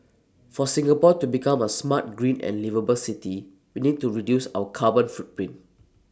for Singapore to become A smart green and liveable city we need to reduce our carbon footprint